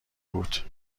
بود